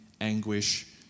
anguish